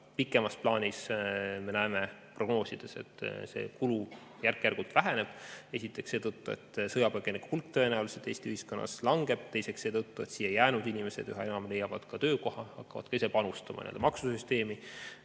Pikemas plaanis me näeme prognoosidest, et see kulu järk-järgult väheneb. Esiteks seetõttu, et sõjapõgenike hulk tõenäoliselt Eesti ühiskonnas langeb, teiseks seetõttu, et siia jäänud inimesed üha enam leiavad töökoha ning hakkavad ka ise panustama maksusüsteemi,